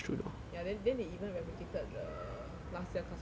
ya then then they even replicated the last year class photo